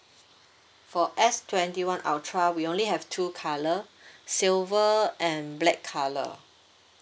for S twenty one ultra we only have two colour silver and black colour